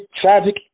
tragic